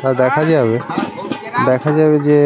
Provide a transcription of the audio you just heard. তা দেখা যাবে দেখা যাবে যে